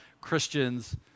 Christians